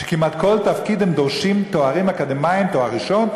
שכמעט בכל תפקיד הם דורשים תארים אקדמיים: תואר ראשון,